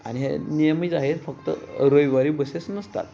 आणि हे नियमित आहेत फक्त रविवारी बसेस नसतात